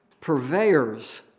Purveyors